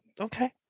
okay